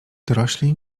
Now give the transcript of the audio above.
dorośli